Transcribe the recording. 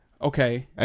okay